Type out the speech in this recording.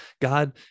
God